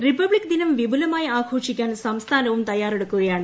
republic ദിനം വിപുലമായി ആഘോഷിക്കാൻ സംസ്ഥാനവും തയ്യാറെടുക്കുകയാണ്